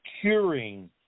curing